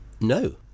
no